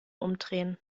umdrehen